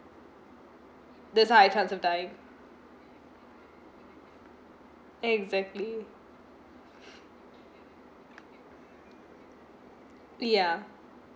this high chance of dying exactly yeah